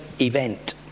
event